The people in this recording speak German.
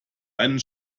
einen